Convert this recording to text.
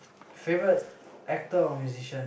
favorite actor or musician